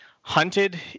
Hunted